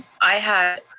i had